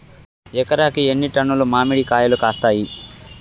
ఎకరాకి ఎన్ని టన్నులు మామిడి కాయలు కాస్తాయి?